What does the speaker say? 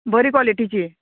बरी कॉलिटीची